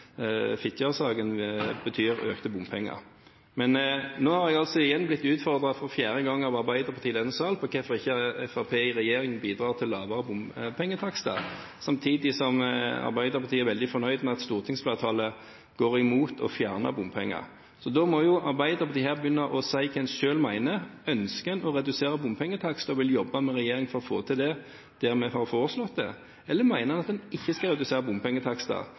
Fitjar-saken betyr økte bompenger. Men nå har jeg altså igjen blitt utfordret – for fjerde gang – av Arbeiderpartiet i denne salen på hvorfor ikke Fremskrittspartiet i regjering bidrar til lavere bompengetakster, samtidig som Arbeiderpartiet er veldig fornøyd med at stortingsflertallet går imot å fjerne bompenger. Da må jo Arbeiderpartiet her begynne å si hva de selv mener. Ønsker en å redusere bompengetakster og jobbe med regjeringen for å få til det der vi har foreslått det, eller mener en at en ikke skal redusere bompengetakster?